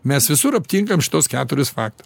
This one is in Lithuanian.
mes visur aptinkam šituos keturis faktą